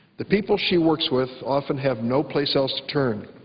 the people she works with often have no place else to turn.